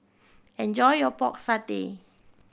enjoy your Pork Satay